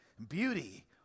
Beauty